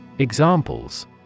Examples